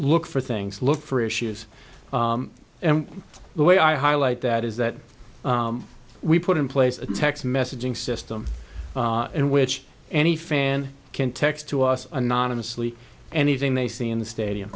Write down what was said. look for things look for issues and the way i highlight that is that we put in place a text messaging system in which any fan can text to us anonymously anything they see in the stadium